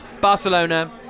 Barcelona